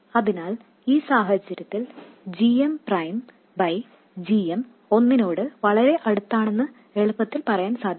അതിനാൽ ഈ സാഹചര്യത്തിൽ gm പ്രൈം ബൈ gm ഒന്നിനോട് വളരേ അടുത്താണെന്നു എളുപ്പത്തിൽ പറയാൻ സാധിക്കും